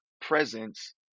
presence